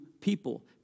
people